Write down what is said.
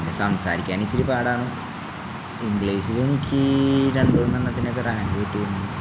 സംസാരിക്കാന് ഇത്തിരി പാടാണ് ഇംഗ്ലീഷില് എനിക്ക് രണ്ടുമൂന്നെണ്ണത്തിനൊക്കെ റാങ്ക് കിട്ടിയിട്ടുണ്ട്